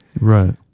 Right